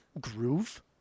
groove